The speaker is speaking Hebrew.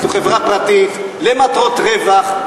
זו חברה פרטית למטרות רווח,